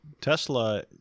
Tesla